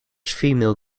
female